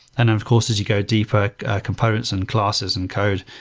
and of course, as you go deeper components and classes and code,